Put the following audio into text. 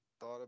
thought